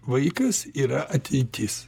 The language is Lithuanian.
vaikas yra ateitis